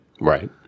right